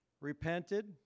repented